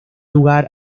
lugar